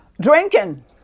drinking